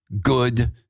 good